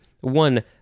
One